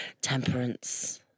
temperance